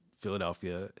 Philadelphia